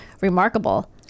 remarkable